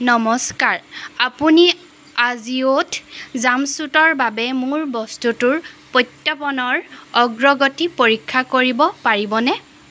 নমস্কাৰ আপুনি আজিঅ'ত জাম্পছুটৰ বাবে মোৰ বস্তুটোৰ প্ৰত্যৰ্পণৰ অগ্ৰগতি পৰীক্ষা কৰিব পাৰিবনে